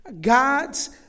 God's